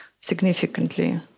significantly